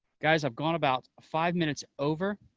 guys, i've gone about five minutes over.